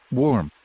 warm